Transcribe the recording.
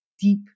deep